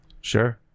Sure